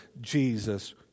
Jesus